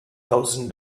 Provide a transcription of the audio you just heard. thousand